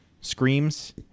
Screams